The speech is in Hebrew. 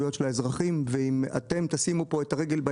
לא בחלק גדול, לא להשאיר אפילו פתח קטן.